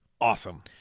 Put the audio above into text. Awesome